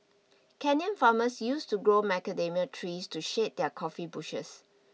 Kenyan farmers used to grow macadamia trees to shade their coffee bushes